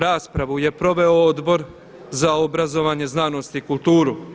Raspravu je proveo Odbor za obrazovanje, znanost i kulturu.